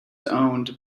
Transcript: owned